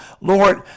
lord